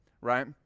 right